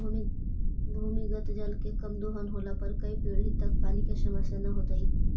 भूमिगत जल के कम दोहन होला पर कै पीढ़ि तक पानी के समस्या न होतइ